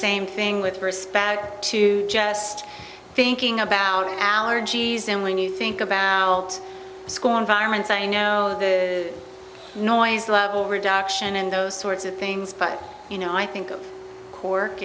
same thing with the first bag too just thinking about allergies and when you think about school environments i know the noise level reduction and those sorts of things but you know i think of cork